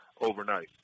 overnight